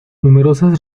numerosas